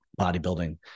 Bodybuilding